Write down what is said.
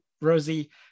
Rosie